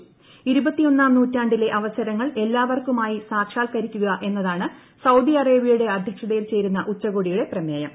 ഇരുപത്തിയൊന്നാം നൂറ്റാണ്ടിലെ അവസരങ്ങൾ എല്ലാവർക്കുമായി സാക്ഷാൽക്കരിക്കുക എന്നതാണ് സൌദി അറേബ്യയുടെ അധ്യക്ഷതയിൽ ചേരുന്ന ഉച്ചകോടിയുടെ പ്രമേയം